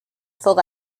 full